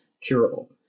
curable